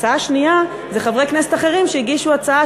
והצעה שנייה היא של חברי כנסת אחרים שהגישו הצעה,